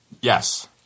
Yes